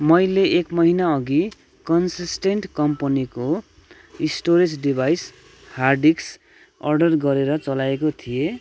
मैले एक महिना अघि कन्सिसटेन्ट कम्पनिको storage device hard disk order गरेर चलाएको थिएँ